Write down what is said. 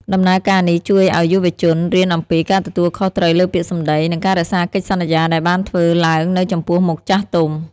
ដំណើរការនេះជួយឱ្យយុវជនរៀនអំពី "ការទទួលខុសត្រូវលើពាក្យសម្តី" និងការរក្សាកិច្ចសន្យាដែលបានធ្វើឡើងនៅចំពោះមុខចាស់ទុំ។